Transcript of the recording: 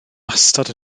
wastad